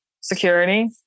security